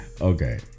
Okay